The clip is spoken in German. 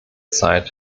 zeit